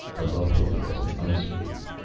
above him was an ice roof.